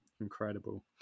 incredible